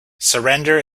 surrender